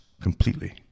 Completely